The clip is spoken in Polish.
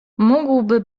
mógłby